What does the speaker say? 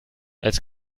als